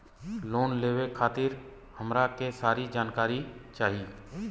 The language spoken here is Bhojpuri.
लोन लेवे खातीर हमरा के सारी जानकारी चाही?